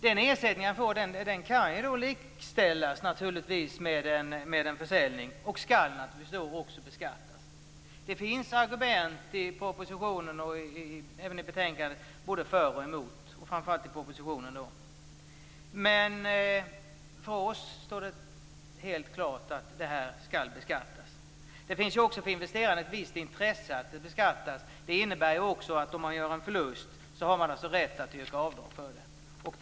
Denna ersättning kan naturligtvis likställas med en försäljning och skall då också beskattas. Det finns argument både för och emot i propositionen och även i betänkandet, och framför allt i propositionen. Men för oss står det helt klart att detta skall beskattas. För investerare finns det också ett visst intresse av att beskattas. Det innebär ju också att man har rätt att yrka avdrag om man gör en förlust.